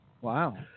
Wow